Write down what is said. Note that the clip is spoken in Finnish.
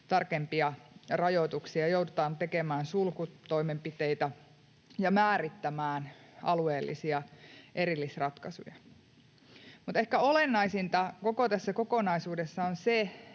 tarkempia rajoituksia, tekemään sulkutoimenpiteitä ja määrittämään alueellisia erillisratkaisuja. Ehkä olennaisinta koko tässä kokonaisuudessa on se,